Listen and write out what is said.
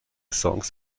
songs